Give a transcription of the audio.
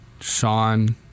sean